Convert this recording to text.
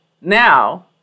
now